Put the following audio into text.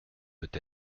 peut